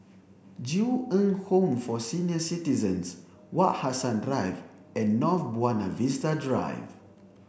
Ju Eng Home for Senior Citizens Wak Hassan Drive and North Buona Vista Drive